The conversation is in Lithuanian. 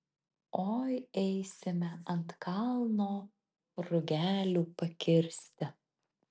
oi eisime ant kalno rugelių pakirsti